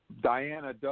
Diana